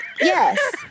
Yes